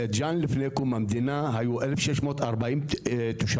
בית ג'ן לפני קום המדינה היו 1,640 תושבים,